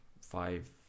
five